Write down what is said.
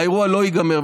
האירוע לא ייגמר,